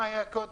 כמה היה קודם?